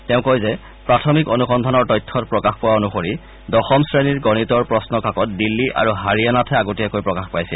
তেওঁ কয় যে প্ৰাথমিক অনুসন্ধানৰ প্ৰকাশ পোৱা অনুসৰি দশম শ্ৰেণীৰ গণিতৰ প্ৰশ্ন কাকত দিল্লী আৰু হাৰিয়ানাতহে আগতীয়াকৈ প্ৰকাশ পাইছিল